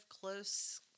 close